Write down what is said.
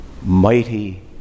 mighty